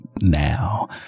now